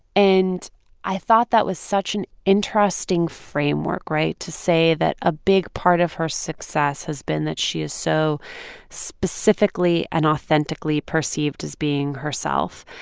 and i thought that was such an interesting framework right? to say that a big part of her success has been that she is so specifically and authentically perceived as being herself.